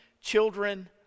Children